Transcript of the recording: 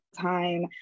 time